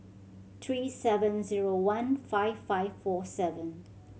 three seven zero one five five four seven